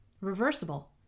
Reversible